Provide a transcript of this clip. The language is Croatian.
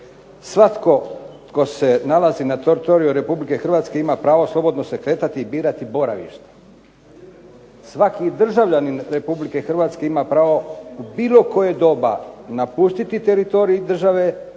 svatko tko se nalazi na teritoriju Republike Hrvatske ima pravo slobodno se kretati i birati boravište. Svaki državljanin Republike Hrvatske ima pravo u bilo koje doba napustiti teritorij države,